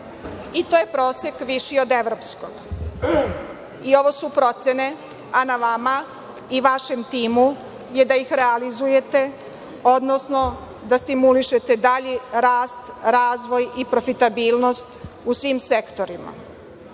To je prosek viši od evropskog. Ovo su procene, a na vama i vašem timu je da ih realizujete, odnosno da stimulišete dalji rast, razvoj i profitabilnost u svim sektorima. Evo